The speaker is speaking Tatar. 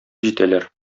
җитәләр